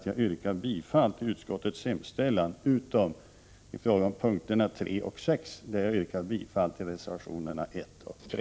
Jag yrkar bifall till utskottets hemställan utom i fråga om punkterna 3 och 6, där jag yrkar bifall till reservationerna 1 och 3.